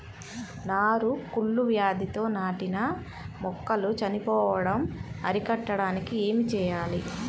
నారు కుళ్ళు వ్యాధితో నాటిన మొక్కలు చనిపోవడం అరికట్టడానికి ఏమి చేయాలి?